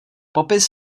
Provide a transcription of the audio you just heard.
popis